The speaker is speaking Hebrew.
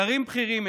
שרים בכירים,